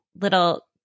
little